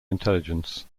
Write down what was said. intelligence